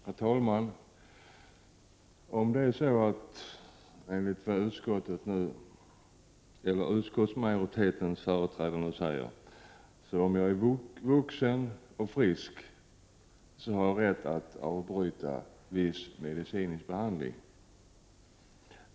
Herr talman! Om det är så som utskottsmajoritetens företrädare nu säger, har jag om jag är vuxen och frisk rätt att avbryta viss medicinsk behandling.